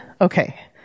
Okay